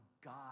God